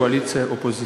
קואליציה, אופוזיציה.